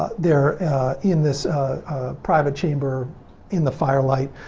ah their in this private chamber in the fire light,